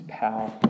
power